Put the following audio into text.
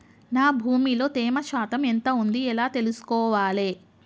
నా భూమి లో తేమ శాతం ఎంత ఉంది ఎలా తెలుసుకోవాలే?